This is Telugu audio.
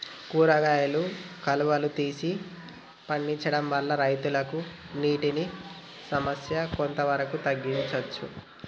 కూరగాయలు కాలువలు తీసి పండించడం వల్ల రైతులకు నీటి సమస్య కొంత వరకు తగ్గించచ్చా?